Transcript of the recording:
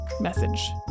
message